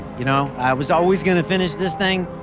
you know i was always going to finish this thing.